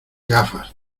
gafas